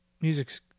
Music's